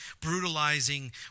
brutalizing